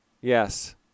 Yes